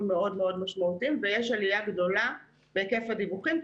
משמעותיים מאוד ויש עלייה גדולה בהיקף הדיווחים,